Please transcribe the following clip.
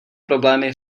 problémy